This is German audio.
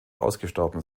ausgestorben